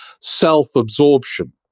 self-absorption